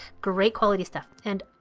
great quality stuff and